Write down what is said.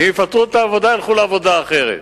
אם יפטרו אותם מהעבודה הם ילכו לעבודה אחרת.